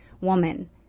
woman